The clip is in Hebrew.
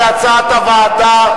כהצעת הוועדה.